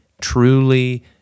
truly